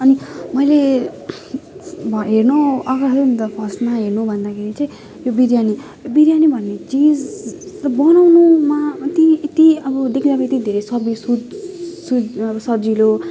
अनि मैले हेर्नु अब यो नि त फर्स्टमै होइन भन्दाखेरि चाहिँ यो बिरयानी यो बिरयानी भन्ने चिज एकदमै यो म उतिइति अब देख्दाखेरि त्यति धेरै सदिस् उ द र अब सजिलो